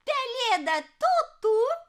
pelėda tūtū